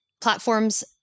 platforms